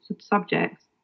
subjects